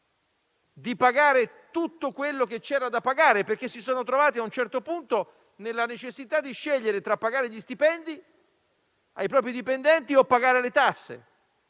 di pagare tutto quello che c'era da pagare, perché a un certo punto si sono trovate nella necessità di scegliere tra pagare gli stipendi ai propri dipendenti o pagare le tasse.